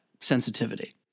sensitivity